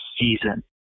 season